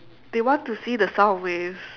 they want to see the sound waves